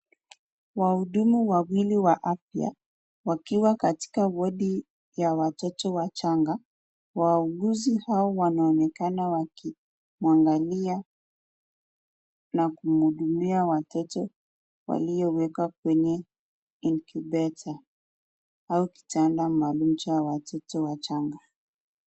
Wahudumu wawili wa afya wakiwa katika wadi ya watoto wachanga. Wauguzi hawa wanaonekana wakimwangalia na kumhudumia watoto waliowekwa kwenye incubator au kitanda maalum cha watoto wachanga.